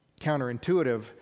counterintuitive